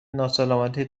ناسلامتی